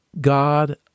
God